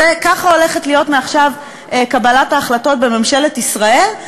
ככה הולכת להיות מעכשיו קבלת ההחלטות בממשלת ישראל?